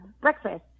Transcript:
breakfast